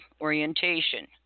orientation